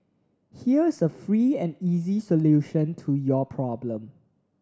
here's a free and easy solution to your problem